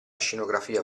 scenografia